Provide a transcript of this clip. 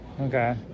Okay